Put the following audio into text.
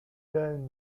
down